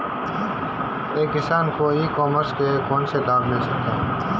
एक किसान को ई कॉमर्स के कौनसे लाभ मिल सकते हैं?